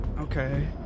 Okay